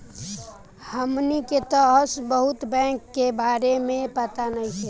हमनी के तऽ अभी बहुत बैंक के बारे में पाता नइखे